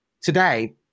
today